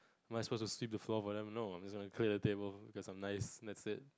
am I supposed to sweep the floor for them no I'm just gonna clear the tables because I'm nice that's it